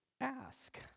ask